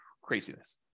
Craziness